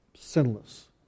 Sinless